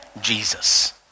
Jesus